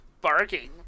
barking